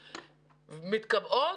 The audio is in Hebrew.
מתקבעות,